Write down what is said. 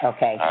Okay